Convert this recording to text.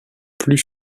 plus